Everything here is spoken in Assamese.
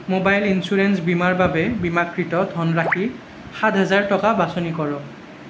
মোবাইল ইঞ্চুৰেঞ্চ বীমাৰ বাবে বীমাকৃত ধনৰাশি সাত হাজাৰ টকা বাছনি কৰক